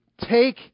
Take